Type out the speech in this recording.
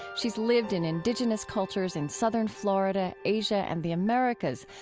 she's lived in indigenous cultures in southern florida, asia and the americas,